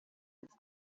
its